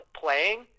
playing